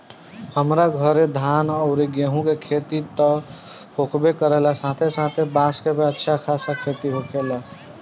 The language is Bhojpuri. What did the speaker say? हमरा घरे धान अउरी गेंहू के खेती त होखबे करेला साथे साथे बांस के भी अच्छा खासा खेती होखेला